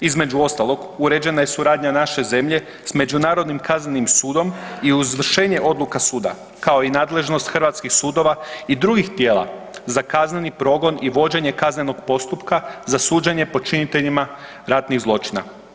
Između ostalog uređena je suradnja naše zemlje s Međunarodnim kaznenim sudom i uz izvršenje odluka suda kao i nadležnost hrvatskih sudova i drugih tijela za kazneni progon i vođenje kaznenog postupka za suđenje počiniteljima ratnih zločina.